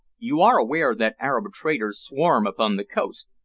you are aware that arab traders swarm upon the coast,